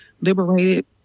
liberated